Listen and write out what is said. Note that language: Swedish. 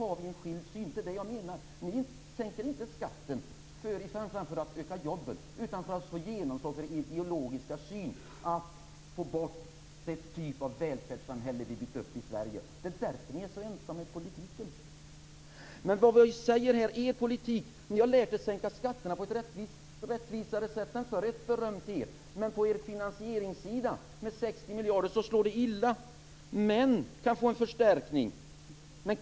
Ni vill inte sänka skatten i första hand för att öka sysselsättningen utan för att få genomslag för er ideologiska syn att få bort den typ av välfärdssamhälle som vi byggt upp i Sverige. Det är därför som ni är så ensamma i politiken. Ni säger att ni har lärt er att sänka skatterna på ett rättvisare sätt än förr. Men på finansieringssidan med en kostnad på 60 miljarder slår det illa.